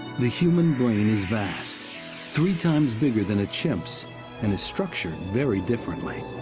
the human brain is vast three times bigger than a chimp's and is structured very differently.